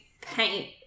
paint